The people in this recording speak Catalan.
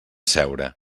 seure